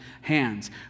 hands